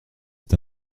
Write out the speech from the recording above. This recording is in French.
est